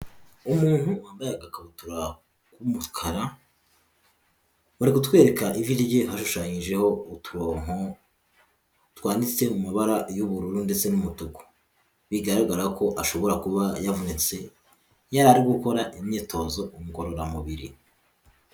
Umuntu wambaye agakabutura k'umukara, bari kutwereka ivi rye hashushanyijeho uturonko twanditse mu mabara y'ubururu ndetse n'umutuku, bigaragara ko ashobora kuba yavunitse yari ari gukora imyitozo ngororamubiri.